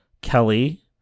Kelly